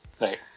Right